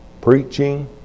preaching